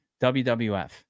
WWF